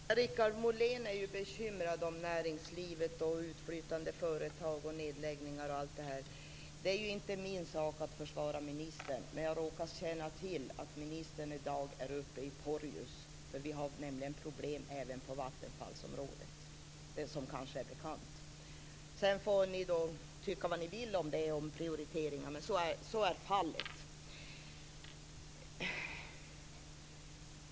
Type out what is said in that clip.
Herr talman! Per-Richard Molén är bekymrad över näringslivet, utflyttande företag, nedläggningar etc. Det är inte min sak att försvara ministern, men jag råkar känna till att ministern i dag är uppe i Porjus, för vi har nämligen problem även på vattenfallsområdet, som kanske är bekant. Sedan får ni tycka vad ni vill om detta och om prioriteringarna. Men så är fallet.